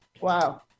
Wow